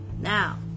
Now